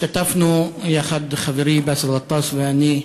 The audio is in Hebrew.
השתתפנו יחד, חברי באסל גטאס ואני,